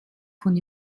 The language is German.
von